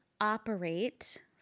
operate